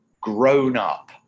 grown-up